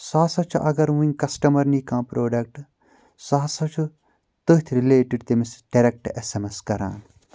سُہ ہسا چھُ اگر وٕنۍ کسٹمر نی کانٛہہ پروڈکٹ سُہ ہسا چھُ تٔتھۍ رِلیٹِڈ تٔمِس ڈاریکٹ ایس ایم ایس کران